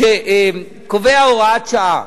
שקובע הוראת שעה,